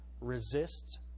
resists